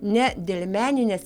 ne dėl meninės